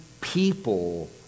people